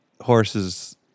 horses